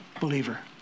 believer